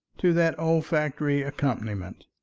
to that olfactory accompaniment.